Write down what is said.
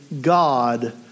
God